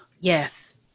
Yes